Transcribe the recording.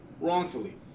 Wrongfully